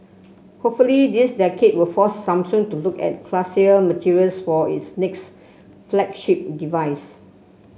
hopefully this will force Samsung to look at classier materials for its next flagship device